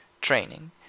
training